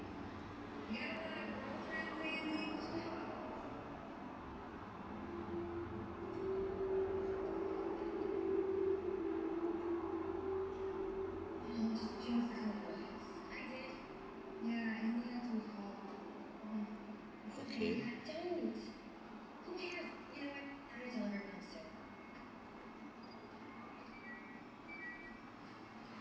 okay